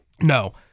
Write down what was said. No